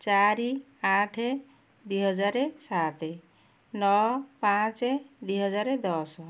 ଚାରି ଆଠ ଦୁଇ ହଜାର ସାତ ନ ପାଞ୍ଚ ଦୁଇ ହଜାର ଦଶ